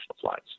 flights